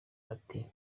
ati